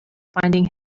finding